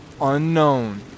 unknown